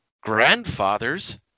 grandfather's